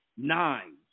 Nine